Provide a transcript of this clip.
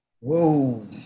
Whoa